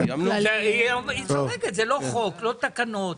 זה לא חוק, לא תקנות.